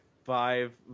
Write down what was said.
Five